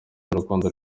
urukundo